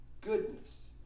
goodness